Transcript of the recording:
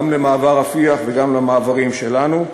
גם למעבר רפיח וגם למעברים שלנו,